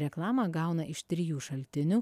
reklamą gauna iš trijų šaltinių